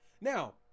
Now